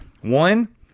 One